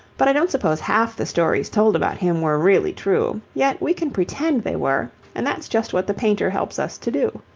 but i don't suppose half the stories told about him were really true, yet we can pretend they were and that's just what the painter helps us to do.